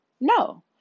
No